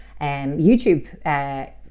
YouTube